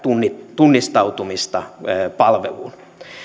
tunnistautumista palveluun